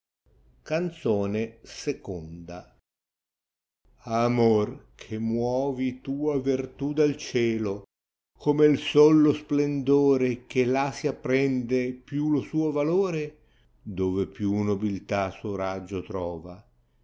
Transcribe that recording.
canzone ih amor che muovi tua verta dal cielo come u soi io splendore che là si apprende più lo sao valore dove più nobiltà suo raggio trova